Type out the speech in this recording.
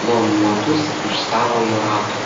klonuotus iš savojo rato